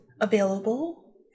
available